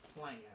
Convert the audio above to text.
plan